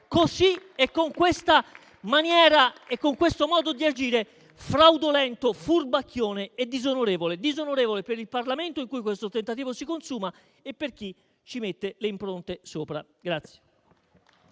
gioco in questa maniera e con un modo di agire fraudolento, furbacchione e disonorevole per il Parlamento, in cui questo tentativo si consuma, e per chi ci mette le impronte sopra.